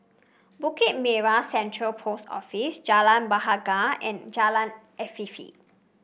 Bukit Merah Central Post Office Jalan Bahagia and Jalan Afifi